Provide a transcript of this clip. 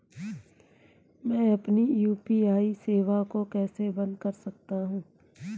मैं अपनी यू.पी.आई सेवा को कैसे बंद कर सकता हूँ?